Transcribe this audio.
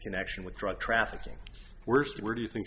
connection with drug trafficking worst where do you think